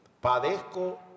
Padezco